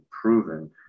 proven